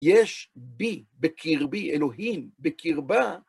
יש בי, בקרבי אלוהים, בקרבה,